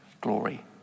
glory